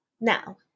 Now